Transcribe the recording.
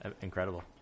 incredible